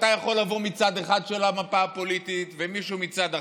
אתה יכול לבוא מצד אחד של המפה הפוליטית ומישהו מצד אחר,